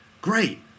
great